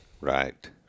Right